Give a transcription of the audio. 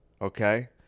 okay